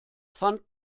pfand